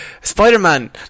Spider-Man